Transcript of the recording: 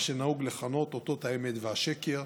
מה שנהוג לכנות "אותות האמת והשקר",